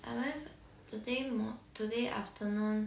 I went today today afternoon